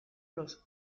los